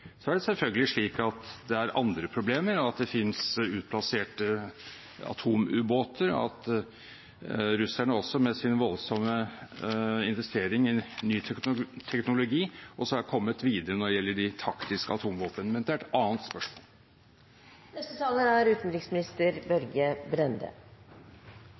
Det er selvfølgelig andre problemer: Det finnes utplasserte atomubåter, og russerne har også – med sin voldsomme investering i ny teknologi – kommet videre når det gjelder de taktiske atomvåpnene. Men det er et annet spørsmål.